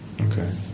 Okay